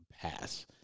pass